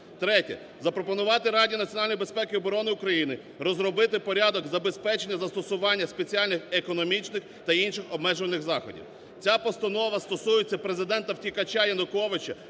Третє. Запропонувати Раді національної безпеки і оборони України розробити порядок забезпечення застосування спеціальних економічних та інших обмежувальних заходів. Ця постанова стосується Президента-втікача Януковича